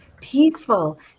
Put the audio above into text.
peaceful